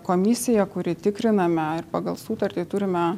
komisija kuri tikriname ir pagal sutartį turime